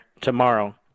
tomorrow